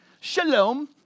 Shalom